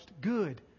Good